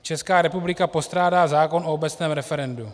Česká republika postrádá zákon o obecném referendu.